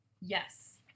Yes